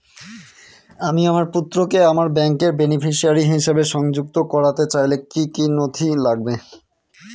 আমি আমার পুত্রকে আমার ব্যাংকের বেনিফিসিয়ারি হিসেবে সংযুক্ত করতে চাইলে কি কী নথি লাগবে?